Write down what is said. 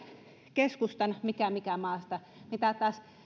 keskustan mikä mikä maasta mitä taas